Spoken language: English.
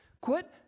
Quit